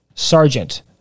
Sergeant